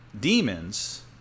demons